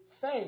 faith